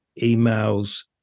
emails